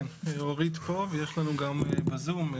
כן, פה ויש לנו גם בזום.